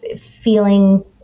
feeling